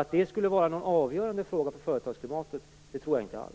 Att det skulle vara en avgörande fråga för företagsklimatet tror jag inte alls.